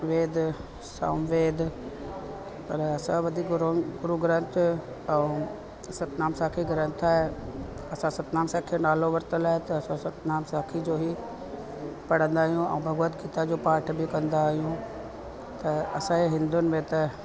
वेद समवेद पर असां वधीक गुरु गुरु ग्रंथ ऐं सतनाम साखी ग्रंथ आहे असां सतनाम साखी जो नालो वरितलु आहे त असां सतनाम साखी जो ई पढ़ंदा आहियूं ऐं भगवत गीता जो पाठ बि कंदा आहियूं त असांजे हिंदुयुनि में त